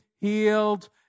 healed